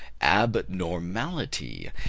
abnormality